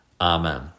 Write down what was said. Amen